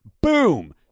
boom